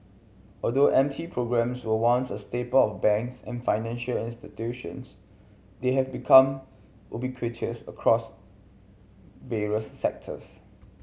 although M T programmes were once a staple of banks and financial institutions they have become ubiquitous across various sectors